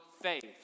faith